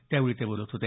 त्यावेळी ते बोलत होते